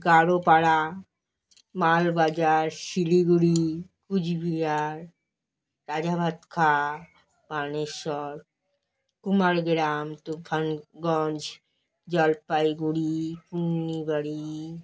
Garopara Malbazar Siliguri Coochbehar Rajabhatkhawa Maneshwar Kumargram Tufanganj Jalpaiguri Purnibari